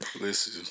Listen